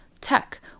tech